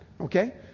Okay